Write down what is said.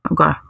Okay